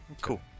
cool